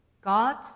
God